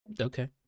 Okay